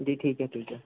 जी ठीक है ठीक है